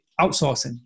outsourcing